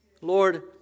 Lord